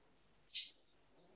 בבקשה.